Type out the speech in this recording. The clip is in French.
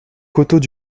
coteaux